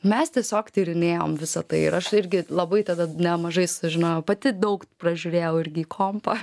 mes tiesiog tyrinėjom visa tai ir aš irgi labai tada nemažai sužinojau pati daug pražiūrėjau irgi į kompą